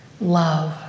Love